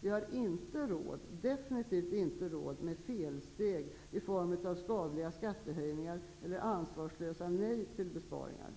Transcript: Vi har definitivt inte råd med felsteg i form av skadliga skattehöjningar eller ansvarslösa nej till besparingar.